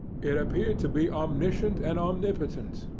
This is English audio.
it appeared to be omniscient and omnipotent,